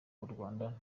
urwanda